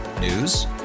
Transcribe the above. News